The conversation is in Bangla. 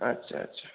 আচ্ছা আচ্ছা